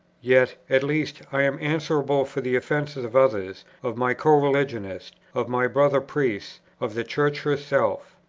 yet, at least, i am answerable for the offences of others, of my co-religionists, of my brother priests, of the church herself.